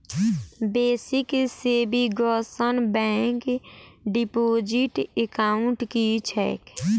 Basic savings bank deposit account की छैक?